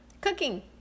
Cooking